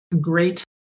great